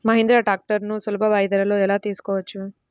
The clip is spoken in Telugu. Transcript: మహీంద్రా ట్రాక్టర్లను సులభ వాయిదాలలో ఎలా తీసుకోవచ్చు?